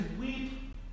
weep